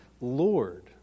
Lord